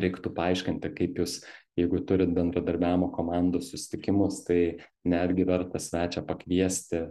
reiktų paaiškinti kaip jūs jeigu turit bendradarbiavimo komandų susitikimus tai netgi verta svečią pakviesti